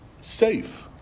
safe